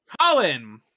Colin